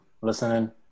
listening